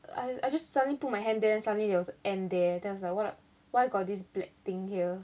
I I just suddenly put my hand there then suddenly there a ant there then I was like what the why got this black thing here